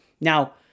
Now